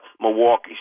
Milwaukee